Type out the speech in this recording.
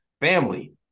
Family